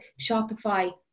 shopify